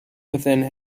within